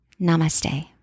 Namaste